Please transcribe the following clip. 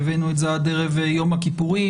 והבאנו את זה עד ערב יום הכיפורים